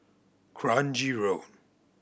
Kranji Road